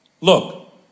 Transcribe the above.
Look